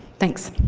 thanks.